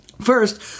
First